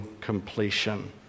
completion